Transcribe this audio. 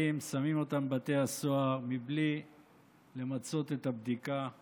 שמים אותם בבתי הסוהר בלי למצות את הבדיקה של